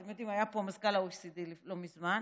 אתם יודעים, היה פה מזכ"ל ה-OECD לא מזמן.